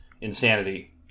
insanity